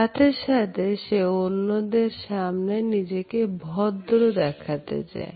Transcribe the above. সাথে সাথে সে অন্যদের সামনে নিজেকে ভদ্র দেখাতে চায়